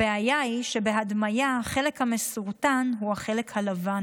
הבעיה היא שבהדמיה החלק המסורטן הוא החלק הלבן,